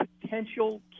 potential